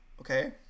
okay